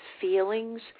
feelings